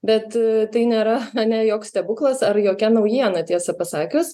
bet tai nėra ane joks stebuklas ar jokia naujiena tiesa pasakius